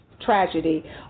tragedy